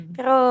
Pero